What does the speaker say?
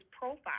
profile